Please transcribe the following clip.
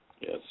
Yes